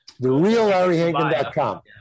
thereallarryhankin.com